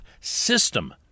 system